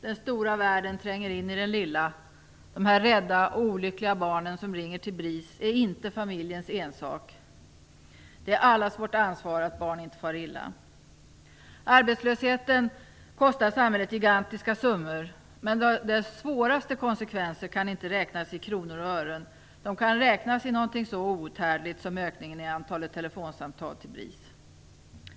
Den stora världen tränger in i den lilla. De rädda och olyckliga barn som ringer till BRIS är inte familjens ensak. Det är allas vårt ansvar att barn inte far illa. Arbetslösheten kostar samhället gigantiska summor. Men dess svåraste konsekvenser kan inte räknas i kronor och ören. De kan räknas i något så outhärdligt som ökningen i antalet telefonsamtal till BRIS.